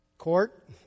Court